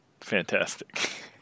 fantastic